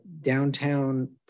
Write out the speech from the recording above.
downtown